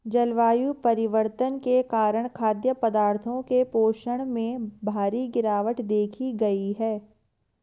जलवायु परिवर्तन के कारण खाद्य पदार्थों के पोषण में भारी गिरवाट देखी गयी है